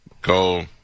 Go